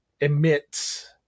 emits